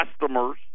customers